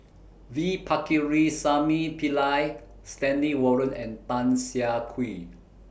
V Pakirisamy Pillai Stanley Warren and Tan Siah Kwee